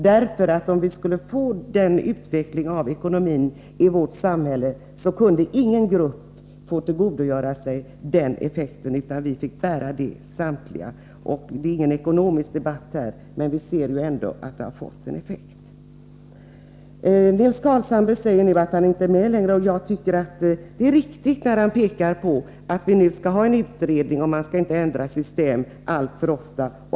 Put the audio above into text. Som utvecklingen av ekonomin i samhället blev kunde ingen grupp komma undan, utan vi fick bära effekterna samtliga. Vi har ingen ekonomisk debatt nu, men jag vill ändå säga att devalveringen har gett effekt. Nils Carlshamre säger att han inte är med längre. Jag tycker det är riktigt när han pekar på att vi nu skall ha en utredning och att man inte skall ändra system alltför ofta.